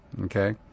Okay